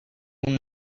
who